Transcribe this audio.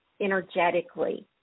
energetically